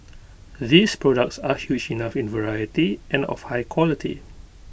these products are huge enough in variety and of high quality